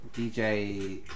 DJ